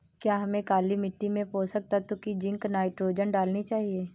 क्या हमें काली मिट्टी में पोषक तत्व की जिंक नाइट्रोजन डालनी चाहिए?